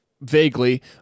vaguely